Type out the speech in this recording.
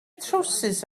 trywsus